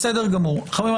חברים,